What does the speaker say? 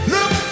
Look